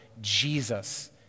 Jesus